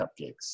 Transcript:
cupcakes